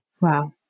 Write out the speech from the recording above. Wow